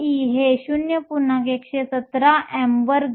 117 m2 V 1s 1आहे